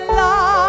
love